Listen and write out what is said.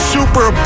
Super